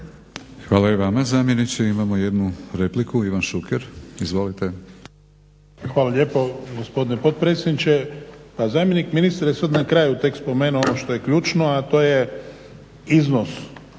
Hvala i vama zamjeniče. Imamo jednu repliku, Ivan Šuker. Izvolite. **Šuker, Ivan (HDZ)** Hvala lijepo gospodine potpredsjedniče. Pa zamjenik ministra je sad na kraju tek spomenuo ono što je ključno, a to je iznos